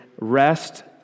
rest